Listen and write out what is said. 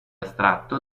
estratto